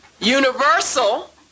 universal